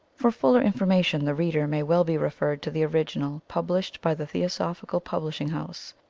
for fuller information the reader may well be referred to the original, published by the theosophical publishing house.